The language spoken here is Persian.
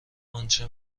انچه